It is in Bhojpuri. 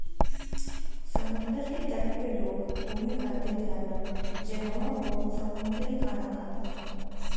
समुंदर के तट पे लोग घुमे खातिर जालान जहवाँ उ समुंदरी खाना खालन